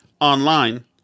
online